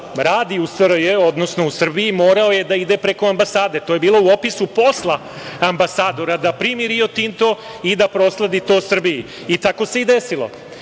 radi u Srbiji, morao je da ide preko ambasade. To je bilo u opisu posla ambasadora da primi „Rio Tinto“ i da prosledi to Srbiji. Tako se i desilo.